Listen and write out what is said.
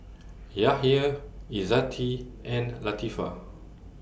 Yahya Izzati and Latifa